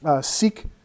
seek